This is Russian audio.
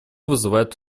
вызывает